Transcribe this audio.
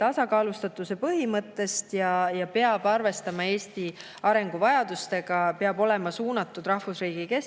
tasakaalustatuse põhimõttest. See poliitika peab arvestama Eesti arenguvajadustega, see peab olema suunatud rahvusriigi kestlikkusele